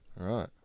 Right